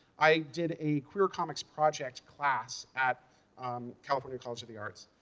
i did a queer comics project class at california college of the arts.